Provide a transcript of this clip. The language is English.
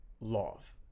love